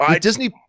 Disney